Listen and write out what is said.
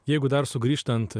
jeigu dar sugrįžtant